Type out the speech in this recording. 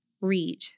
read